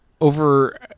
Over